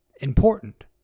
important